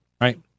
right